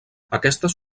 aquestes